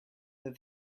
that